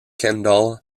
kendall